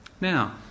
Now